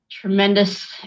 tremendous